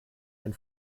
denn